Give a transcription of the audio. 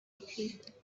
retreat